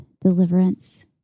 deliverance